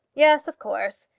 yes, of course.